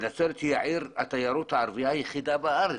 נצרת היא עיר התיירות הערבייה היחידה בארץ.